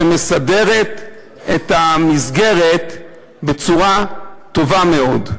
שמסדרת את המסגרת בצורה טובה מאוד.